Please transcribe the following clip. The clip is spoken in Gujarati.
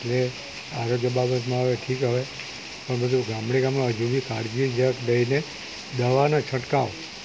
એટલે આરોગ્ય બાબતમાં હવે ઠીક હવે પણ બધું ગામડે ગામમાં હજુ બી કાળજી જરાક દઈને દવાનો છંટકાવ